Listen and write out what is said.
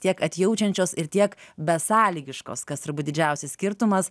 tiek atjaučiančios ir tiek besąlygiškos kas turbūt didžiausias skirtumas